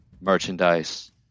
merchandise